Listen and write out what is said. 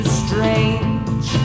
strange